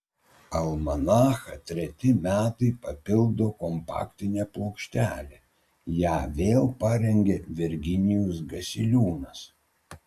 almanachą treti metai papildo kompaktinė plokštelė ją vėl parengė virginijus gasiliūnas